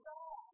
God